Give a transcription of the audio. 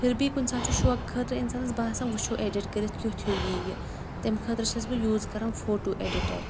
پھِر بھی کُنہِ ساتہٕ چھِ شوق خٲطرٕ اِنسانَس باسان وٕچھو ایڈِٹ کٔرِتھ کیُٚتھ ہیوٗ یی یہِ تَمہِ خٲطرٕ چھٮ۪س بہٕ یوٗز کَران فوٹوٗ ایڈِٹَر